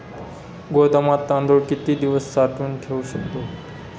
गोदामात तांदूळ किती दिवस साठवून ठेवू शकतो?